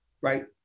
right